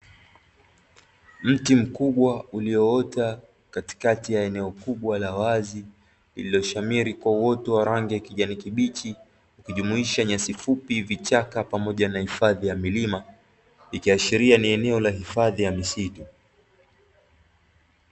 Mti mkubwa ulioota katikati ya eneo kubwa la wazi, lililoshamiri kwa uoto wa rangi ya kijani kibichi ikijumuisha nyasi fupi, vichaka, pamoja na hifadhi ya milima, ikiashiria ni eneo la hifadhi ya misitu.